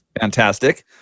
Fantastic